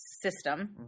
system